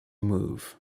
move